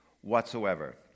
whatsoever